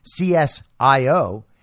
CSIO